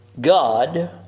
God